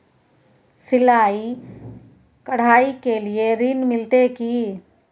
सिलाई, कढ़ाई के लिए ऋण मिलते की?